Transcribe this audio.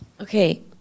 Okay